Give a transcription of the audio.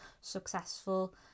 successful